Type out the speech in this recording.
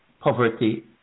poverty